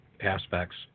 aspects